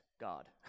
God